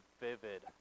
vivid